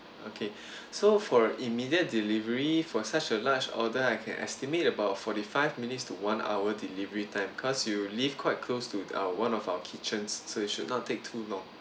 okay so for immediate delivery for such a large order I can estimate about forty five minutes to one hour delivery time cause you live quite close to our one of our kitchens so it should not take too long